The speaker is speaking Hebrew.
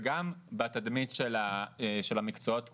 וגם בתדמית של המקצועות קדימה,